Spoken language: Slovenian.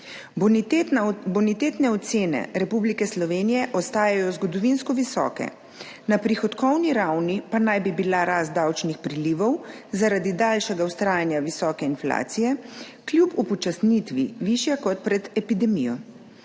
Bonitetne ocene Republike Slovenije ostajajo zgodovinsko visoke, na prihodkovni ravni pa naj bi bila rast davčnih prilivov zaradi daljšega vztrajanja visoke inflacije kljub upočasnitvi višja kot pred epidemijo.